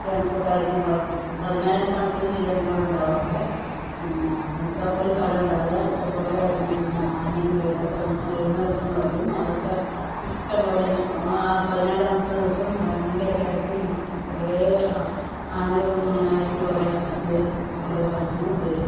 ജനകൂട്ടമായിരിക്കും പതിനായിരക്കണക്കിന് ജനങ്ങള് ഉണ്ടാവും അവിടെ പിന്നെ നിൽക്കാൻ പോലും സ്ഥലം ഉണ്ടാവില്ല ഇഷ്ടം പോലെ പിന്നെ ആനയും എഴുന്നള്ളത്തും എഴുന്നള്ളത്ത് എന്ന് പറയും അതൊക്കെ ഇഷ്ടം പോലെ പതിനാലാമത്തെ ദിവസം ഭയങ്കര തിരക്കും കുറെ ആനകളും അങ്ങെനെ ആയിട്ട് കുറെ അത് ഓരോ സ്ഥലത്ത് നിന്നു വരും